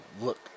look